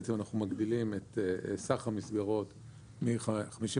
בזה אנחנו מגדילים את סך המסגרות מ-55%,